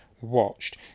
watched